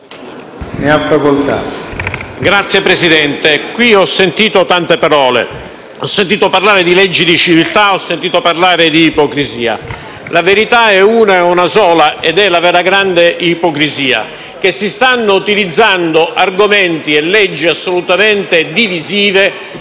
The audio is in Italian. Signor Presidente, qui ho sentito tante parole; ho sentito parlare di leggi di civiltà; ho sentito parlare di ipocrisia. La verità è una e una sola ed è la vera grande ipocrisia: si stanno utilizzando argomenti e leggi assolutamente divisive